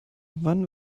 wann